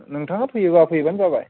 नोंथाङा फैयोबा फैबानो जाबाय